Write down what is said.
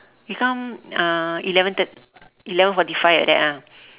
we come uh eleven thirt~ eleven forty five like that ah